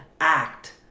act